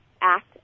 act